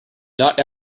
not